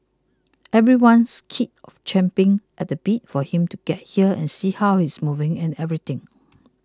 everyone's kid of champing at the bit for him to get here and see how he's moving and everything